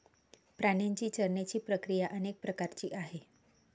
प्राण्यांची चरण्याची प्रक्रिया अनेक प्रकारची आहे